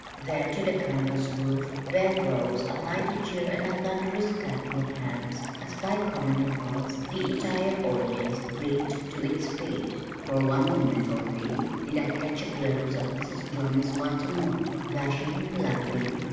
then to the canvas roof there rose a mighty cheer and a thunderous clapping of hands as by common impulse the entire audience leaped to its feet. for one moment only did i catch a glimpse of mrs. jonas whitermore, blushing, laughing,